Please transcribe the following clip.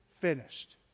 finished